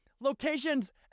locations